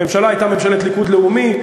הממשלה הייתה ממשלת ליכוד לאומי,